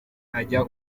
ajya